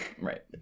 Right